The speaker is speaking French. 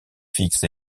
fixe